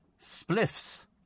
Spliffs